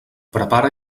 prepara